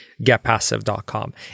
getpassive.com